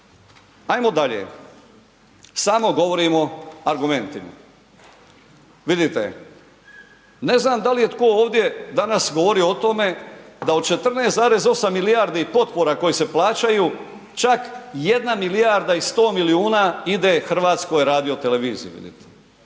Ajmo dalje, samo govorimo argumentima. Vidite, ne znam da li je tko ovdje danas govorio o tome da od 14,8 milijardi potpora koje se plaćaju, čak 1 milijarda i 100 milijuna ide HRT-u, vidite.